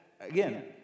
again